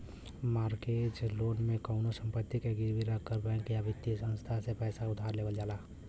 mortgage loan में कउनो संपत्ति के गिरवी रखकर बैंक या वित्तीय संस्थान से पैसा उधार लेवल जाला